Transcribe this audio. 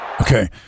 Okay